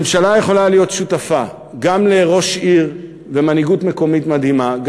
הממשלה יכולה להיות שותפה גם לראש עיר ומנהיגות מקומית מדהימה,